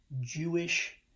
Jewish